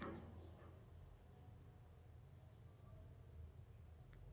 ಜೇನು ನೊಣಗಳು ಮೊಟ್ಟೆಯಿಂದ ತಮ್ಮ ಜೇವನಾ ಆರಂಭಾ ಮಾಡ್ತಾವ